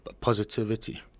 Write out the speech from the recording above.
positivity